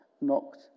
knocked